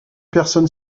personne